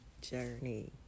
journey